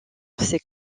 ses